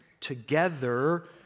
together